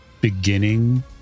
beginning